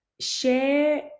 Share